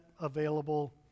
available